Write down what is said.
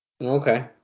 Okay